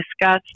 discuss